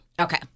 Okay